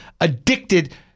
addicted